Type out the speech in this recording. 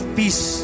peace